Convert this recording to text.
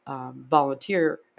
Volunteer